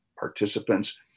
Participants